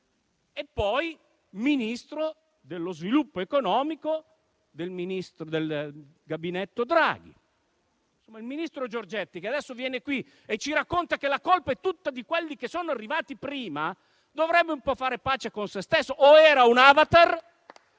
e poi come Ministro dello sviluppo economico del Gabinetto Draghi. Insomma, il ministro Giorgetti, che adesso viene qui e ci racconta che la colpa è tutta di quelli che sono venuti prima, dovrebbe un po' fare pace con sé stesso: o era un *avatar*,